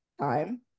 time